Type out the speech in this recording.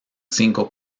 cinco